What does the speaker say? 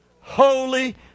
holy